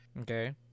Okay